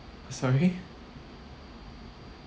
sorry